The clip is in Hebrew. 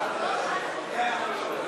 חברי הכנסת,